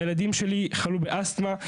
הילדים שלי חלו באסטמה'.